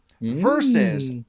versus